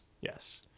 Yes